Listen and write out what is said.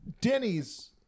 Denny's